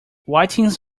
whitings